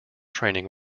training